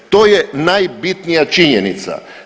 To je najbitnija činjenica.